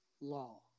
law